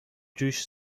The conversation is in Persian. جوش